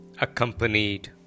accompanied